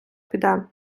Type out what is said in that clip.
піде